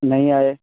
नहीं आए